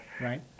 Right